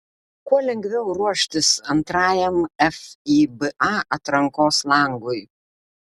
kuo lengviau ruoštis antrajam fiba atrankos langui